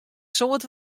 soad